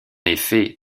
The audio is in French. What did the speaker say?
effet